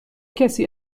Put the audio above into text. کسی